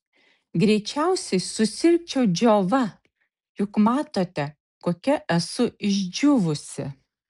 greičiausiai susirgčiau džiova juk matote kokia esu išdžiūvusi